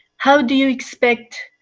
how do you expect